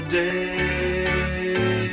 day